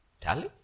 Tally